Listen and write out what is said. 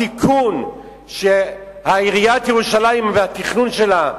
הסיכון שעיריית ירושלים והתכנון שלה,